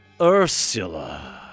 Ursula